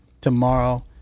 tomorrow